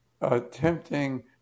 attempting